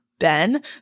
Ben